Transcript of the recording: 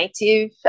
native